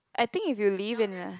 I think if you live in uh